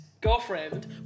girlfriend